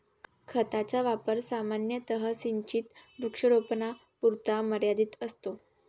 खताचा वापर सामान्यतः सिंचित वृक्षारोपणापुरता मर्यादित असतो